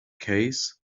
case